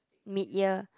mid year